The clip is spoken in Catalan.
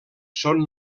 són